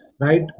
right